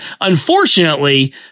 Unfortunately